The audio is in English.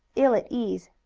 ill at ease.